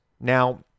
Now